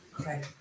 okay